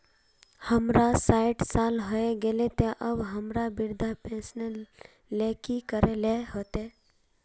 हमर सायट साल होय गले ते अब हमरा वृद्धा पेंशन ले की करे ले होते?